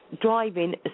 driving